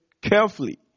carefully